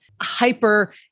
hyper